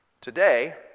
Today